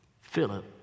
Philip